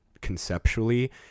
conceptually